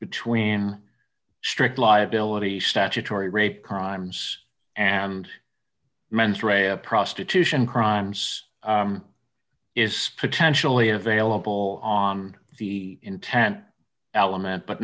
between strict liability statutory rape crimes and mens rea of prostitution crimes is potentially available on the intent element but